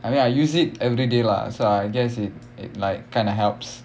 I mean I use it everyday lah so I guess it it like kind of helps